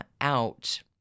out